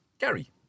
Gary